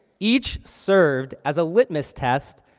each served as a witness test,